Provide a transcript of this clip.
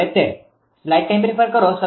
તેથી Q એ 205